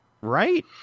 Right